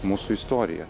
mūsų istoriją